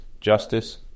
justice